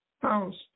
house